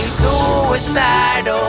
suicidal